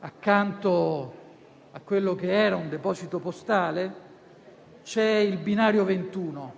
accanto a quello che era un deposito postale, c'è il Binario 21,